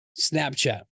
Snapchat